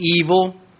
evil